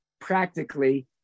practically